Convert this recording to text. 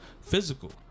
physical